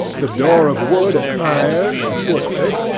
the door of wood and iron, a foot thick,